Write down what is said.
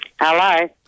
Hello